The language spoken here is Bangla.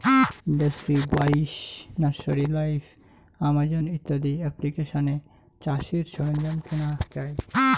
ইন্ডাস্ট্রি বাইশ, নার্সারি লাইভ, আমাজন ইত্যাদি এপ্লিকেশানে চাষের সরঞ্জাম কেনা যাই